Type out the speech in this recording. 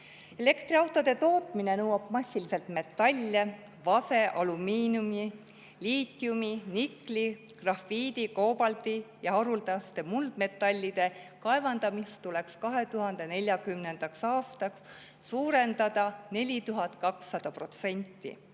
Elektriautode tootmine nõuab massiliselt metalle. Vase, alumiiniumi, liitiumi, nikli, grafiidi, koobalti ja haruldaste muldmetallide kaevandamist tuleks 2040. aastaks suurendada 4200%,